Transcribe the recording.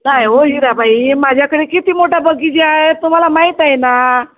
नाही हो हिराबाई माझ्याकडे किती मोठा बगिचा आहे तुम्हाला माहीत आहे ना